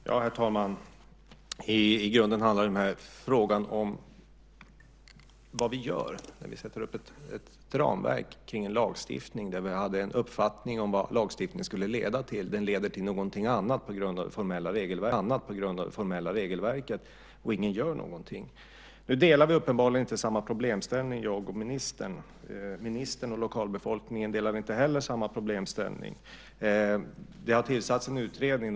Herr talman! I grunden handlar den här frågan om vad vi gör när vi sätter upp ett ramverk kring en lagstiftning där vi hade en uppfattning om vad lagstiftningen skulle leda till. Den leder till något annat på grund av det formella regelverket, och ingen gör någonting. Nu delar jag inte ministerns åsikt om beskrivningen av problemet, och det gör inte heller lokalbefolkningen. Det har tillsatts en utredning.